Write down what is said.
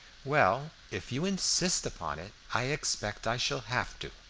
well, if you insist upon it, i expect i shall have to,